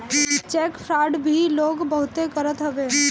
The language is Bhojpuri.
चेक फ्राड भी लोग बहुते करत हवे